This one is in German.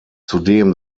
zudem